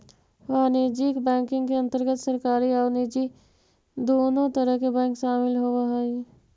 वाणिज्यिक बैंकिंग के अंतर्गत सरकारी आउ निजी दुनों तरह के बैंक शामिल होवऽ हइ